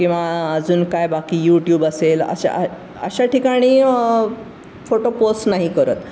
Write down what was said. किंवा अजून काय बाकी यूट्यूब असेल अशा अशा ठिकाणी फोटो पोस्ट नाही करत